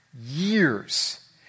years